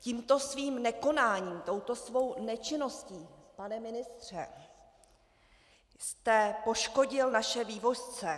Tímto svým nekonáním, touto svou nečinností, pane ministře, jste poškodil naše vývozce.